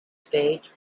spade